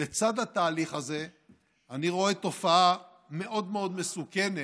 לצד התהליך הזה אני רואה תופעה מאוד מאוד מסוכנת,